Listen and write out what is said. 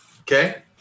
Okay